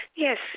Yes